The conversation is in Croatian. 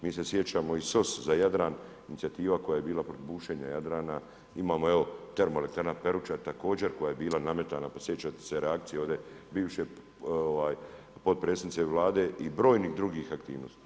Mi se sjećamo i SOS za Jadran inicijativa koja je bila protiv bušenja Jadrana, imamo evo TE Peruća također koja je bila nametana, pa sjećate se reakcije ovdje bivše potpredsjednice Vlade i brojnih drugih aktivnosti.